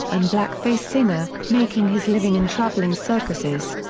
and blackface singer, making his living in traveling circuses.